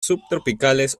subtropicales